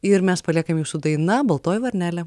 ir mes paliekam jus su daina baltoji varnelė